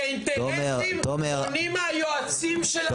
כי האינטרסים שונים מהיועצים שלהם.